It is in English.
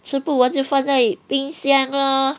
吃不完就放在冰箱 lor